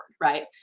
Right